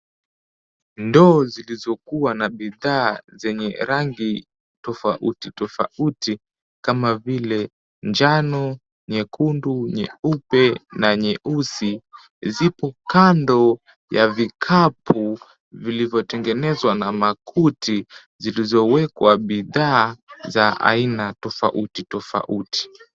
Ndoo zilizokuwa na bidhaa zenye rangi tofauti tofauti kama vile njano, nyekundu, nyeupe na nyeusi zipo kando ya vikapu vilivyotengenezwa na makuti zilizowekwa bidhaa za aina tofauti tofauti.